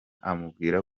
amubwira